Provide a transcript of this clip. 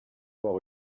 voir